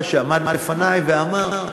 בא שר התחבורה, שעמד לפני, ואמר: